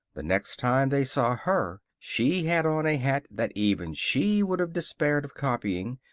the next time they saw her, she had on a hat that even she would have despaired of copying,